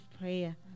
prayer